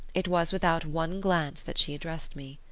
it was without one glance that she addressed me.